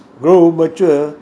grow mature